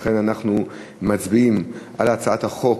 לכן אנחנו מצביעים על הצעת החוק,